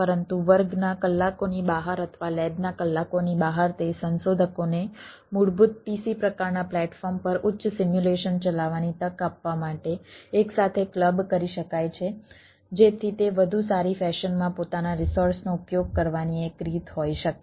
પરંતુ વર્ગના કલાકોની બહાર અથવા લેબના કલાકોની બહાર તે સંશોધકોને મૂળભૂત PC પ્રકારના પ્લેટફોર્મ પર ઉચ્ચ સિમ્યુલેશન કરી શકાય છે જેથી તે વધુ સારી ફેશનમાં પોતાના રિસોર્સનો ઉપયોગ કરવાની એક રીત હોઈ શકે